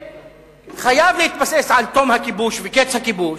שחייב להתבסס על תום הכיבוש וקץ הכיבוש,